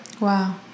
Wow